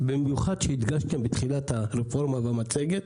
במיוחד שהדגשתם בתחילת הרפורמה במצגת